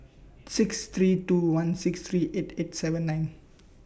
six three two one six three eight eight seven nine